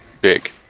big